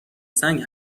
سنگ